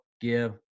give